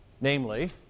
namely